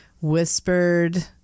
whispered